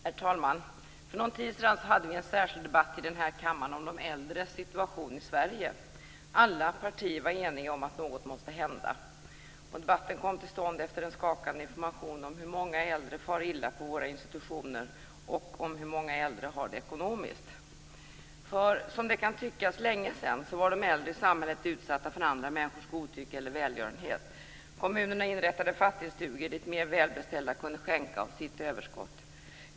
Herr talman! För någon tid sedan hade vi en särskild debatt i den här kammaren om de äldres situation i Sverige. Alla partier var eniga om att något måste hända. Debatten kom till stånd efter en skakande information om hur många äldre far illa på våra institutioner och om hur många äldre har det ekonomiskt. För, som det kan tyckas, länge sedan, var de äldre i samhället utsatta för andra människors godtycke eller välgörenhet. Kommunerna inrättade fattigstugor dit mer välbeställda kunde skänka av sitt överskott.